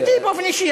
נגדי באופן אישי.